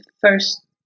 First